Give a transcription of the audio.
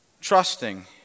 trusting